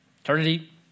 eternity